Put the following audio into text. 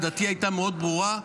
עמדתי הייתה מאוד ברורה,